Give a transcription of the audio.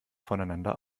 voneinander